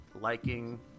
liking